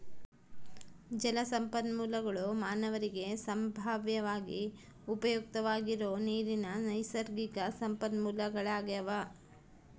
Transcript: ಜಲಸಂಪನ್ಮೂಲಗುಳು ಮಾನವರಿಗೆ ಸಂಭಾವ್ಯವಾಗಿ ಉಪಯುಕ್ತವಾಗಿರೋ ನೀರಿನ ನೈಸರ್ಗಿಕ ಸಂಪನ್ಮೂಲಗಳಾಗ್ಯವ